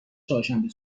چهارشنبه